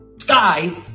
sky